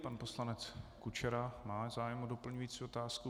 Pan poslanec Kučera má zájem o doplňující otázku.